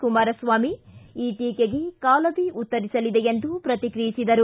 ಕುಮಾರಸ್ವಾಮಿ ಈ ಟೀಕೆಗೆ ಕಾಲವೇ ಉತ್ತರಿಸಲಿದೆ ಎಂದು ಪ್ರತಿಕ್ರಿಯಿಸಿದರು